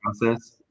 process